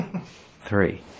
three